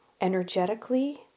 energetically